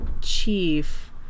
chief